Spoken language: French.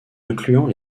incluant